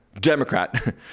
democrat